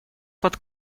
под